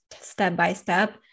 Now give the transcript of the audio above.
step-by-step